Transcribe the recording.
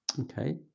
Okay